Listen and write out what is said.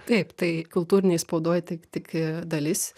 taip tai kultūrinėj spaudoj tai tik dalis